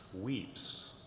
weeps